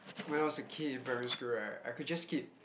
when I was a kid in primary school right I could just skip